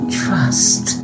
trust